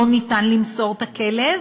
לא ניתן למסור את הכלב,